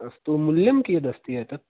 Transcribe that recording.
अस्तु मूल्यं कियदस्ति एतत्